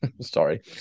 sorry